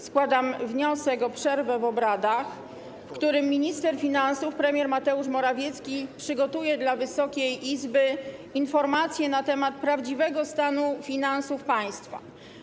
Składam wniosek o przerwę w obradach, podczas której minister finansów premier Mateusz Morawiecki przygotuje dla Wysokiej Izby informację na temat prawdziwego stanu finansów państwa.